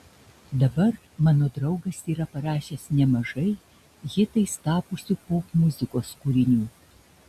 dabar mano draugas yra parašęs nemažai hitais tapusių popmuzikos kūrinių